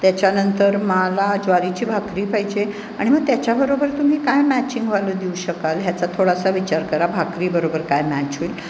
त्याच्यानंतर मला ज्वारीची भाकरी पाहिजे आणि मग त्याच्याबरोबर तुम्ही काय मॅचिंगवालं देऊ शकाल ह्याचा थोडासा विचार करा भाकरीबरोबर काय मॅच होईल